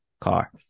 car